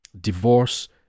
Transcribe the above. divorce